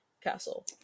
castle